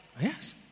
Yes